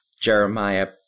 Jeremiah